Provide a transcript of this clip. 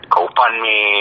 GoFundMe